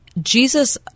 Jesus